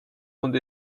und